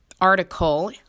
article